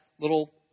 little